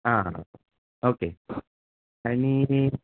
आं आं ओके आनी